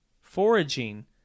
foraging